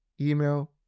email